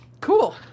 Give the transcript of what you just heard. cool